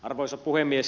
arvoisa puhemies